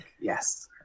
yes